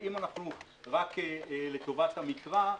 ואם אנחנו רק לטובת המקרא,